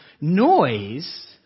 noise